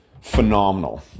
phenomenal